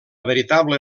veritable